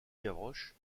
gavroche